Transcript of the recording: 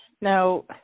Now